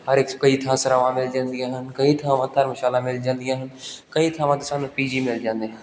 ਹਰ ਇੱਕ ਕਈ ਥਾਂ ਸਰਾਵਾਂ ਮਿਲ ਜਾਂਦੀਆਂ ਹਨ ਕਈ ਥਾਵਾਂ ਧਰਮਸ਼ਾਲਾ ਮਿਲ ਜਾਂਦੀਆਂ ਹਨ ਕਈ ਥਾਵਾਂ 'ਤੇ ਸਾਨੂੰ ਪੀ ਜੀ ਮਿਲ ਜਾਂਦੇ ਹਨ